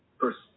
first